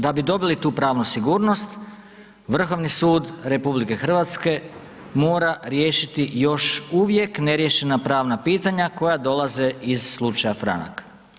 Da bi dobili tu pravnu sigurnost Vrhovni sud RH mora riješiti još uvijek ne riješena pravna pitanja koja dolaze iz slučaja Franak.